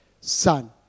son